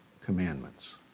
commandments